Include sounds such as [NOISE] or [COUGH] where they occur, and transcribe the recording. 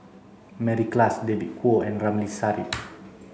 [UNINTELLIGIBLE] Klass David Kwo and Ramli Sarip